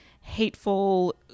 hateful